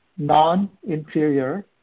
non-inferior